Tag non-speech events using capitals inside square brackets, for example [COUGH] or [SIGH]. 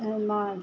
[UNINTELLIGIBLE]